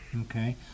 Okay